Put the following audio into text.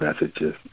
messages